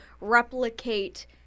replicate